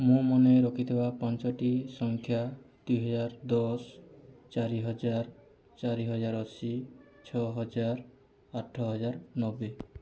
ମୁଁ ମନେ ରଖିଥିବା ପାଞ୍ଚଟି ସଂଖ୍ୟା ଦୁଇହଜାର ଦଶ ଚାରିହଜାର ଚାରିହଜାର ଅଶି ଛଅହଜାର ଆଠହଜାର ନବେ